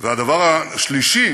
והדבר השלישי